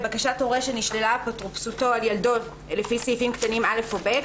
לבקשת הורה שנשללה אפוטרופסותו על ילדו לפי סעיפים קטנים (א) או (ב),